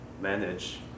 manage